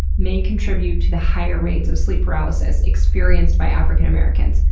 may contribute to the higher rates of sleep paralysis experienced by african americans.